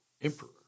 emperor